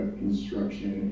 construction